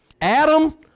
Adam